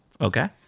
Okay